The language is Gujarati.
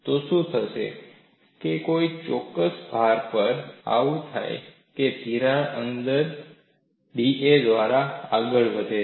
તો શું થશે કોઈ ચોક્કસ ભાર પર આવું થાય છે કે તિરાડ અંતર da દ્વારા આગળ વધે છે